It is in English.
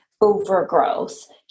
overgrowth